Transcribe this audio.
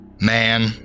Man